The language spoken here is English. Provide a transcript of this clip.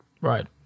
right